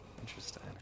Interesting